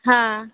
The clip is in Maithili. हँ